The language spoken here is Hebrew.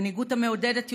מנהיגות המעודדת יוזמות,